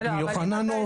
עם יוחננוף.